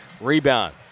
rebound